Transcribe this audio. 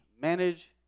manage